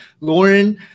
Lauren